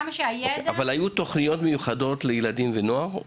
אבל האם היו תוכניות מיוחדות לילדים ונוער?